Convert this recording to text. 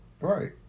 Right